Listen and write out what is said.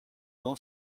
non